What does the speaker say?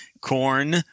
Corn